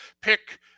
pick